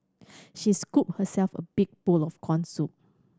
she scooped herself a big bowl of corn soup